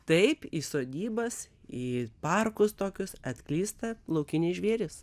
taip į sodybas į parkus tokius atklysta laukiniai žvėrys